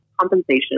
compensation